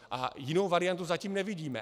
A jinou variantu zatím nevidíme.